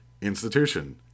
Institution